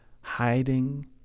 Hiding